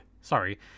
Sorry